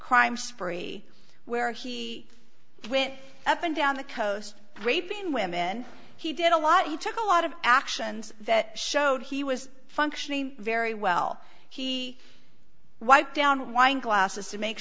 crime spree where he went up and down the coast raping women he did a lot he took a lot of actions that showed he was functioning very well he wiped down wine glasses to make